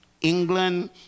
England